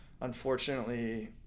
unfortunately